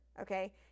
okay